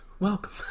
Welcome